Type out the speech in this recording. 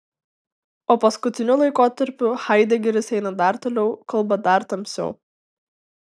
o paskutiniu laikotarpiu haidegeris eina dar toliau kalba dar tamsiau